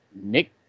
Nick